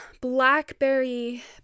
blackberry